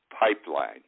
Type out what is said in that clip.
pipeline